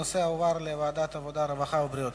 הנושא הועבר לוועדת העבודה, הרווחה והבריאות